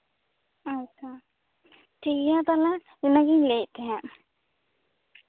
ᱟᱪᱪᱷᱟ ᱴᱷᱤᱠ ᱜᱮᱭᱟ ᱛᱟᱦᱞᱮ ᱤᱱᱟᱹᱜᱮᱧ ᱞᱟᱹᱭᱮᱜ ᱛᱟᱦᱮᱜ